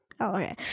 okay